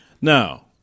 Now